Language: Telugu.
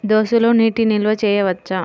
దోసలో నీటి నిల్వ చేయవచ్చా?